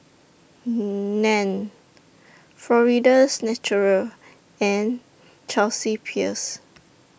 NAN Florida's Natural and Chelsea Peers